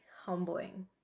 humbling